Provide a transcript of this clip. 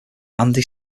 andy